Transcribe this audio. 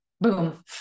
boom